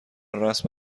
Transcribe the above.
رسم